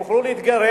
הם יוכלו להתגרש,